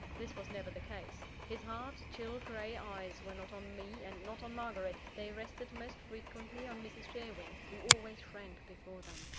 this was never the case. his hard, chill grey eyes were not on me, and not on margaret they rested most frequently on mrs. sherwin, who always shrank before them.